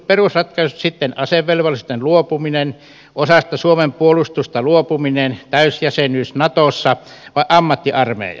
ovatko uudet perusratkaisut sitten asevelvollisuudesta luopuminen osasta suomen puolustusta luopuminen täysjäsenyys natossa vai ammattiarmeija